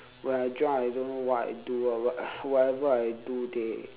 when I drunk I don't know what I do ah but whatever I do they